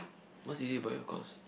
what's unique about your course